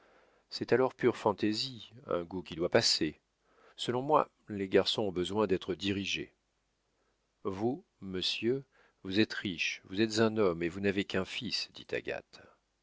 c'est alors pure fantaisie un goût qui doit passer selon moi les garçons ont besoin d'être dirigés vous monsieur vous êtes riche vous êtes un homme et vous n'avez qu'un fils dit agathe